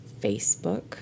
Facebook